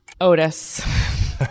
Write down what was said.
Otis